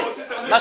--- די.